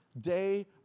day